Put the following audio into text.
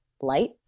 light